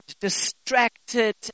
distracted